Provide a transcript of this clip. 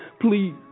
Please